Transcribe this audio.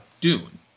Dune